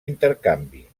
intercanvi